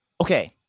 Okay